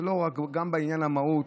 גם בעניין המהות,